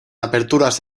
aperturas